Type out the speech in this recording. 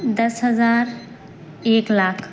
دس ہزار ایک لاکھ